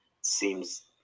seems